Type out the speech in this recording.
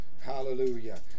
Hallelujah